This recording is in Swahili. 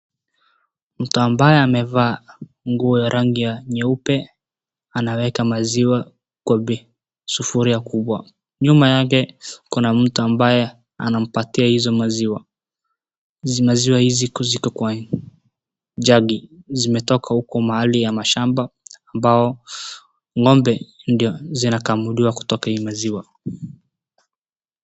Mtu ambaye amevaa nguo ya rangi ya nyeupe anaweka maziwa kwa sufuria kubwa. Nyuma yake kuna mtu ambaye anampatia hizo maziwa. Hizi maziwa hizi ziko kwa jugi. Zimetoka huko mahali ya mashamba ambao ng'ombe ndio zinakamuliwa kutoka hii maziwa.